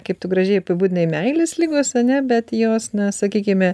kaip tu gražiai apibūdinai meilės ligos ane bet jos na sakykime